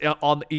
on